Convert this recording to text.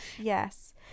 Yes